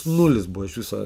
nulis buvo iš viso